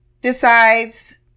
decides